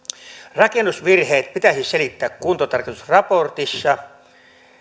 rakennusvirheet pitäisi selittää kuntotarkastusraportissa